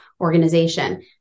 organization